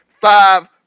five